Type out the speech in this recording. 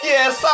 Yes